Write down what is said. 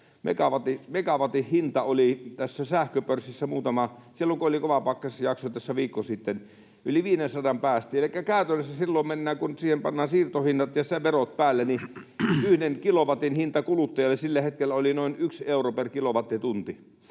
megawattitunnin hinta sähköpörssissä silloin, kun oli kova pakkasjakso tässä viikko sitten. Yli 500:n päästiin, elikkä käytännössä silloin, kun siihen pannaan siirtohinnat ja verot päälle, 1 kilowattitunnin hinta kuluttajalle sillä hetkellä oli noin 1 euro per kilowattitunti.